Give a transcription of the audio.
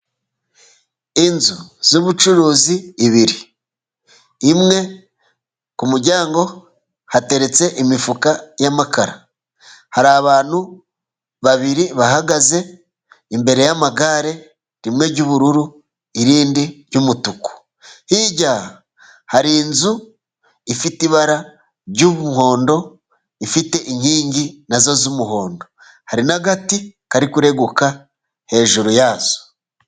Inzu z'ubucuruzi ebyiri, imwe ku kumuryango hateretse imifuka y'amakara, hari abantu babiri bahagaze imbere y'amagare, rimwe ry'ubururu, irindi ry'umutuku, hirya hari inzu ifite ibara ry'umuhondo, ifite inkingi nazo z'umuhondo. Hari n'agati kari kureguka hejuru yazo.